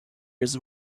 his